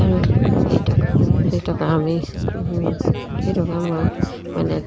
আৰু এই টকা সেই টকা আমি সেই টকা মই মানে